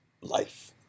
life